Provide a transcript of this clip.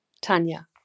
Tanya